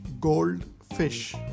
goldfish